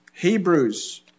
Hebrews